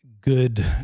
good